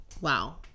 Wow